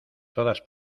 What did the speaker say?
todas